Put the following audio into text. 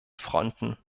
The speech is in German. fronten